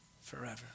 forever